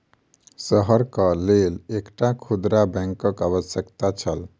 शहरक लेल एकटा खुदरा बैंकक आवश्यकता छल